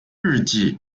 日记